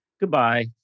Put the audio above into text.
Goodbye